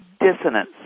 dissonance